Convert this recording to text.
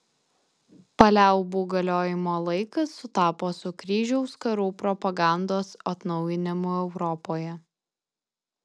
paliaubų galiojimo laikas sutapo su kryžiaus karų propagandos atnaujinimu europoje